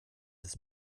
des